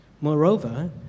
Moreover